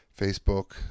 Facebook